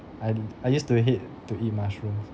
I I used to hate to eat mushrooms